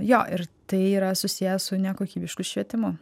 jo ir tai yra susiję su nekokybišku švietimu